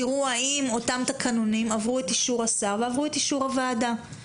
תראו האם אותם תקנונים עברו את אישור השר ועברו את אישור הוועדה.